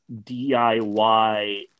DIY